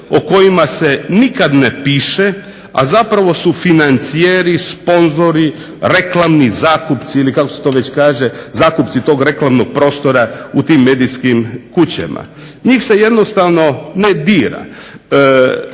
o kojima se nikada ne piše a zapravo su financijeri, sponzori, reklamni zakupci ili kako se to već kaže, zakupci tog reklamnog prostora u tim medijskim kućama. Njih se jednostavno ne dira.